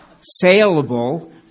saleable